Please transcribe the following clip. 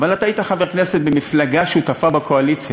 אבל אתה היית חבר כנסת במפלגה ששותפה בקואליציה,